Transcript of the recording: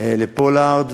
הממשלה,